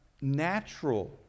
natural